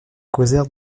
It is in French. causèrent